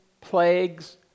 plagues